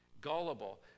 Gullible